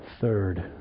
Third